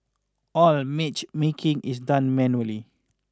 all matchmaking is done manually